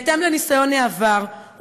בהתאם לניסיון העבר,